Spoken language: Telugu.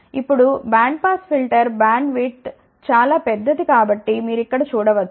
ఇప్పుడు బ్యాండ్ పాస్ ఫిల్టర్ బ్యాండ్విడ్త్ చాలా పెద్దది కాబట్టి మీరు ఇక్కడ చూడ వచ్చు